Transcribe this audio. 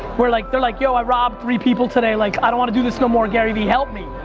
where like they're like yo i robbed three people today, like i don't wanna do this no more, gary v help me.